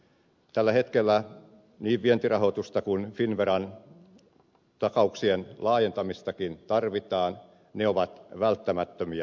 tällä hetkellä niin vientirahoitusta kuin finnveran takauksien laajentamistakin tarvitaan ne ovat välttämättömiä